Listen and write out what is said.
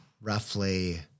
roughly